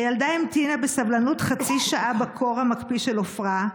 הילדה המתינה בסבלנות חצי שעה בקור המקפיא של עופרה,